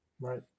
Right